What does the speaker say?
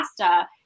pasta